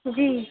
جی